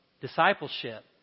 discipleship